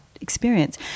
experience